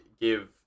give